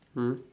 mm